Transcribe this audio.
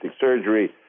surgery